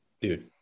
Dude